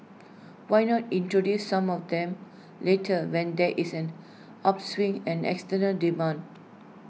why not introduce some of them later when there is an upswing an external demand